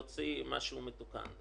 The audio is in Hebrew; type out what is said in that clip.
אנחנו ניאלץ למשוך את החוק.